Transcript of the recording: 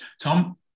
Tom